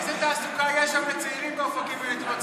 איזה תעסוקה יש שם לצעירים, באופקים ובנתיבות?